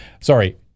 sorry